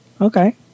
Okay